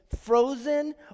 frozen